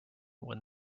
when